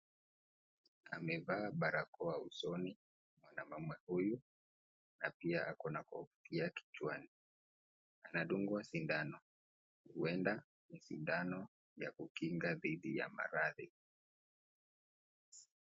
Amevaa barakoa usoni mwanaume huyu na pia ako na kofia kichwani, anadungwa sindano, huenda ni sindano ya kukinga dhidi maradhi.